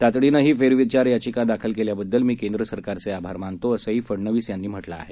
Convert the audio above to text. तातडीनं ही फेरविचार याचिका दाखल केल्याबद्दल मी केंद्र सरकारचे आभार मानतो असंही फडनवीस यांनी म्हटलं आहे